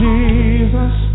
Jesus